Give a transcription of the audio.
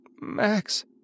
Max